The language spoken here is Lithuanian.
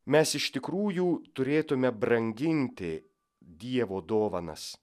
mes iš tikrųjų turėtume branginti dievo dovanas